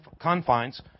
confines